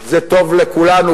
זה טוב לכולנו,